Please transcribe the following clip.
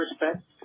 respect